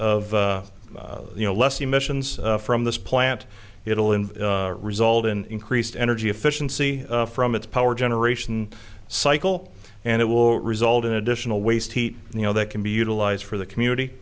of you know less emissions from this plant it'll and result in increased energy efficiency from its power generation cycle and it will result in additional waste heat you know that can be utilized for the community